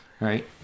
Right